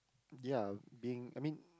ya being I mean